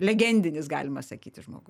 legendinis galima sakyti žmogus